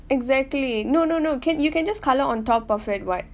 exactly no no no can you can just colour on top of it [what]